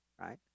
right